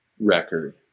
record